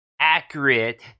accurate